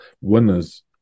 winners